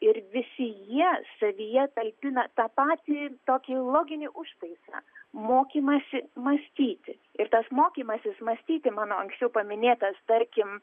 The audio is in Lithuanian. ir visi jie savyje talpina tą patį tokį loginį užtaisą mokymąsi mąstyti ir tas mokymasis mąstyti mano anksčiau paminėtas tarkim